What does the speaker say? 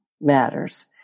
matters